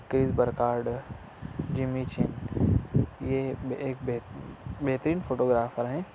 کرس Burkard Jamie Chung یہ ایک ایک بہ بہترین فوٹوگرافر ہیں